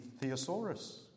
Theosaurus